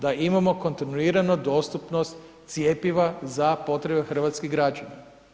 Da imamo kontinuirano dostupnost cjepiva za potrebe hrvatskih građana.